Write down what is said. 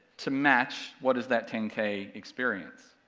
to match what is that ten k experience.